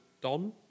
Don